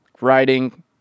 writing